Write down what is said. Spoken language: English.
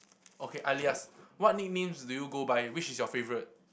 okay alias what nicknames do you go by which is your favourite